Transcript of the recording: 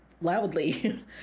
loudly